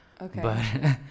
Okay